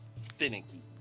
finicky